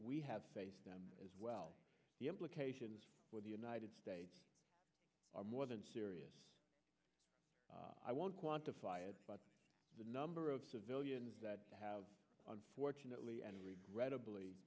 we have them as well the implications for the united states are more than serious i won't quantify it but the number of civilians that have unfortunately and regrettably